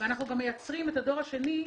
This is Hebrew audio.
אנחנו גם מייצרים את הדור השני,